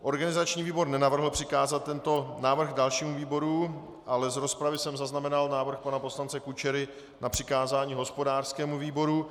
Organizační výbor nenavrhl přikázat tento návrh dalšímu výboru, ale z rozpravy jsem zaznamenal návrh pana poslance Kučery na přikázání hospodářskému výboru.